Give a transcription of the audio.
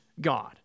God